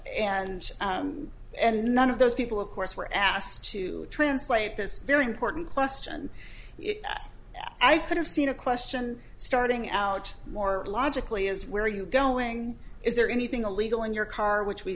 and and none of those people of course were asked to translate this very important question that i could have seen a question starting out more logically is where are you going is there anything illegal in your car which we